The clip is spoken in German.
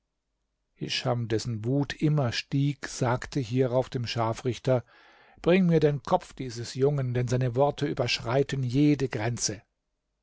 hischam dessen wut immer stieg sagte hierauf dem scharfrichter bring mir den kopf dieses jungen denn seine worte überschreiten jede grenze